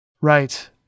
Right